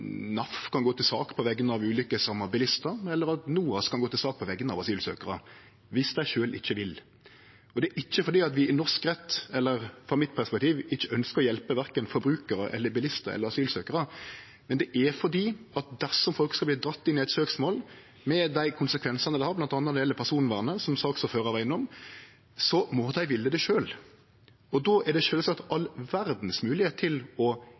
NOAS kan gå til sak på vegner av asylsøkjarar – om dei sjølve ikkje vil. Det er ikkje fordi vi i norsk rett – eller frå mitt perspektiv – ikkje ønskjer å hjelpe verken forbrukarar, bilistar eller asylssøkjarar, det er fordi folk som vert dratt inn i eit søksmål, med dei konsekvensane det har, bl.a. når det gjeld personvernet, som saksordføraren var innom, må ville det sjølv. Då er det sjølvsagt alle moglegheiter til å